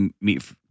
meet